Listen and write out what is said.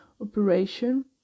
operation